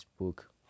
book